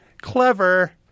Clever